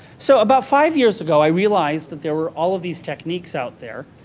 so about five years ago, i realized that there were all of these techniques out there,